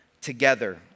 together